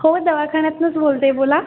हो दवाखान्यातूनच बोलते आहे बोला